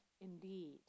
indeed